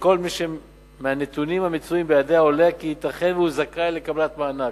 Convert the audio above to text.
לכל מי שמהנתונים המצויים בידיה עולה כי ייתכן שהוא זכאי לקבלת המענק.